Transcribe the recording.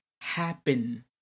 happen